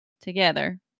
together